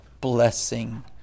blessing